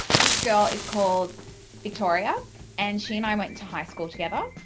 this girl is called victoria and she and i went to high school together.